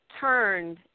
turned